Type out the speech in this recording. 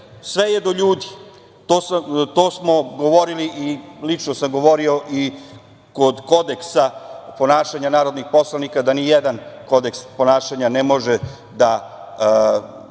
Sve je do ljudi. To smo govorili, lično sam govorio, i kod kodeksa ponašanja narodnih poslanika, da nijedan kodeks ponašanja ne može da